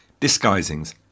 Disguisings